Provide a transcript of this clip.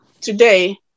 today